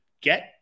get